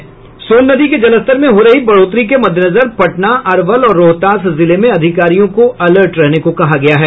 वहीं सोन नदी के जलस्तर में हो रही बढ़ोतरी के मद्देनजर पटना अरवल और रोहतास जिले में अधिकारियों को अलर्ट रहने को कहा गया है